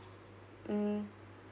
mm